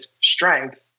strength